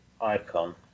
icon